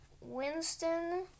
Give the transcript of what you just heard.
Winston